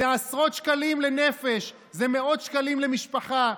זה עשרות שקלים לנפש, זה מאות שקלים למשפחה.